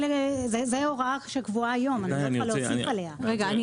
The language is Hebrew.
זו הוראה שקבועה היום, אני לא צריכה להוסיף עליה.